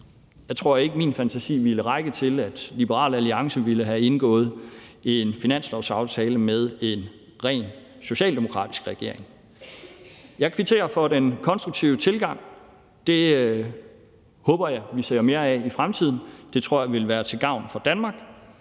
Jeg tror ikke, min fantasi ville række til, at Liberal Alliance ville have indgået en finanslovsaftale med en rent socialdemokratisk regering. Jeg kvitterer for den konstruktive tilgang – det håber jeg vi ser mere af i fremtiden; det tror jeg vil være til gavn for Danmark.